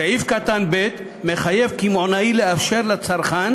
סעיף קטן (ב) מחייב קמעונאי לאפשר לצרכן